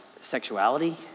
sexuality